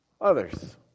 Others